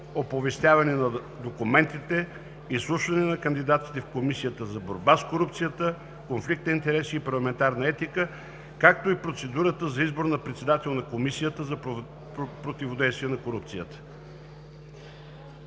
оповестяване на документите, изслушване на кандидатите в Комисията за борба с корупцията, конфликт на интереси и парламентарна етика, както и процедурата за избор на председател на Комисията за противодействие на корупцията